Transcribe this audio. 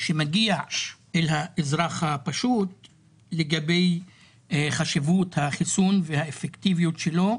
שמגיע אל האזרח הפשוט לגבי חשיבות החיסון והאפקטיביות שלו,